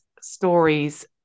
stories